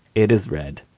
it is red